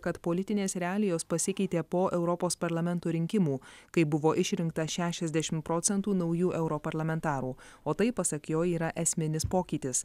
kad politinės realijos pasikeitė po europos parlamento rinkimų kai buvo išrinkta šešiasdešim procentų naujų europarlamentarų o tai pasak jo yra esminis pokytis